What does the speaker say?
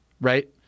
right